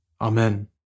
Amen